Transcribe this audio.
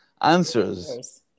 answers